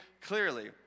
clearly